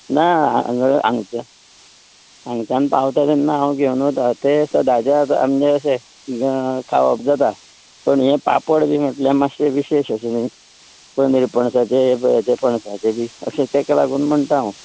ना हांगा हांगसर हांगच्यान पावता तेन्ना हांव घेवन वता ते सदांचेच आसा म्हणजे अशे हांगा खावप जाता पूण हे पापड बी म्हटल्यार मात्शे विशेश न्ही निरपणसाचे पणसाचे बी अशे तेका लागून म्हणटा हांव